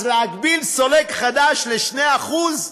אז להגביל סולק חדש ל-2%?